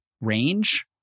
range